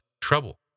trouble